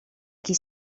qui